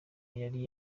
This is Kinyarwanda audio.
yari